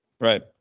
right